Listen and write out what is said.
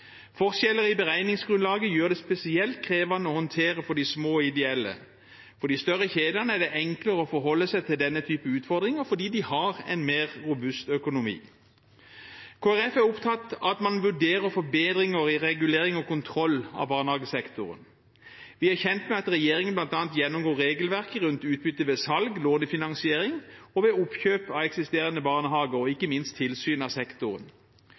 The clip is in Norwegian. Forskjeller i beregningsgrunnlaget gjør det spesielt krevende å håndtere for de små og ideelle. For de større kjedene er det enklere å forholde seg til denne typen utfordringer fordi de har en mer robust økonomi. Kristelig Folkeparti er opptatt av at man vurderer forbedringer i regulering og kontroll av barnehagesektoren. Vi er kjent med at regjeringen bl.a. gjennomgår regelverket rundt utbytte ved salg, lånefinansiering, oppkjøp av eksisterende barnehager og ikke minst tilsyn av sektoren.